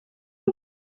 day